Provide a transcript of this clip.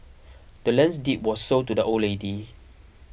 the land's deed was sold to the old lady